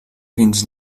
fins